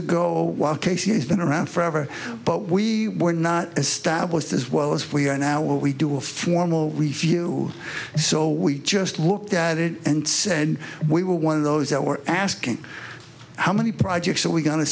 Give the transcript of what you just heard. casey's been around forever but we were not established as well as we are now we do a formal review so we just looked at it and said we were one of those that were asking how many projects are we going to